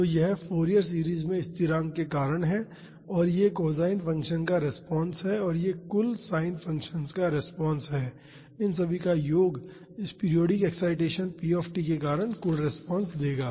तो यह Fourier series में स्थिरांक के कारण है और यह कोसाइन फंक्शन्स का रिस्पांस है और यह साइन फंक्शन्स का रिस्पांस है इन सभी का योग इस पीरियाडिक एक्साइटेसन p के कारण कुल रिस्पांस देगा